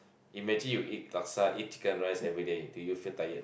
imagine you eat laksa eat chicken rice everyday did you feel tired